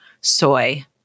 soy